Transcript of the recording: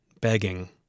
begging